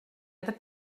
other